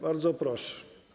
Bardzo proszę.